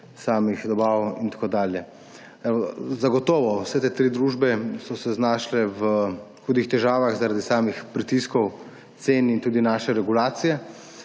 samih dobav in tako dalje. Zagotovo so se vse te tri družbe znašle v hudih težavah zaradi samih pritiskov cen in tudi naše regulacije.